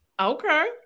Okay